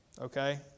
okay